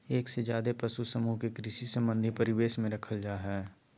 एक से ज्यादे पशु समूह के कृषि संबंधी परिवेश में रखल जा हई